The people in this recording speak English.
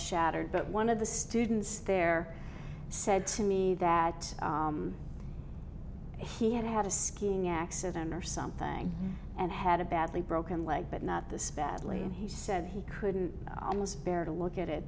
shattered but one of the students there said to me that he had had a skiing accident or something and had a badly broken leg but not this badly and he said he couldn't bear to look at it